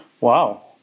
Wow